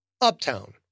Uptown